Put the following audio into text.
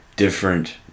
different